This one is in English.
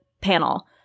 panel